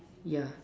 yeah